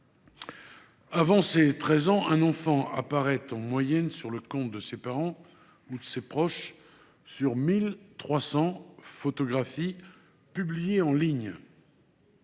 Avant ses 13 ans, un enfant apparaît en moyenne sur le compte de ses parents ou de ses proches sur 1 300 photographies publiées en ligne.